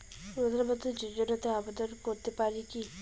প্রধানমন্ত্রী যোজনাতে আবেদন করতে পারি কি?